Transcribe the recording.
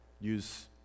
use